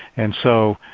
and so